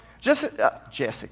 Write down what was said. Jessica